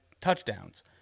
touchdowns